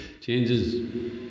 changes